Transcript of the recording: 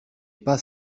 pas